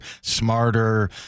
smarter